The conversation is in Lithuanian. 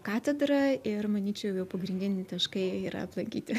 katedrą ir manyčiau jau pagrindiniai taškai yra aplankyti